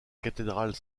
cathédrale